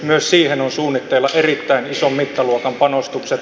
myös siihen on suunnitteilla erittäin ison mittaluokan panostukset